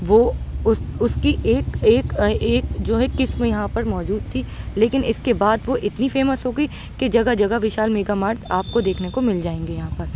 وہ اس کی ایک ایک ایک جو ہے قسم یہاں پر موجود تھی لیکن اس کے بعد وہ اتنی فیمس ہو گئی کہ جگہ جگہ وشال میگا مارٹ آپ کو دیکھنے کو مل جائیں گے یہاں پر